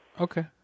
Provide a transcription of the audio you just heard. Okay